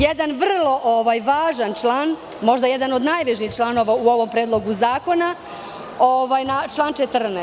Jedan vrlo važan član, možda i jedan od najvažnijih članova u ovom predlogu zakona, je član 14.